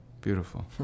beautiful